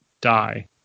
die